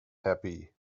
happy